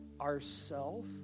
ourself